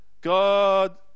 God